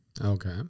Okay